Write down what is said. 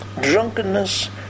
drunkenness